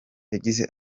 yagize